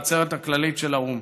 בעצרת הכללית של האו"ם.